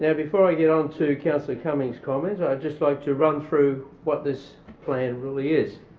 yeah before i get on to councillor cumming's comment, i'd just like to run through what this plan really is.